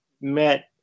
met